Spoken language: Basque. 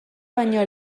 baino